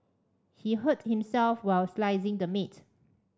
he hurt himself while slicing the meat